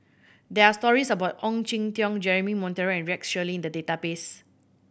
there are stories about Ong Jin Teong Jeremy Monteiro and Rex Shelley in the database